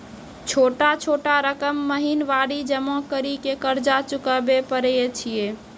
छोटा छोटा रकम महीनवारी जमा करि के कर्जा चुकाबै परए छियै?